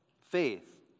Faith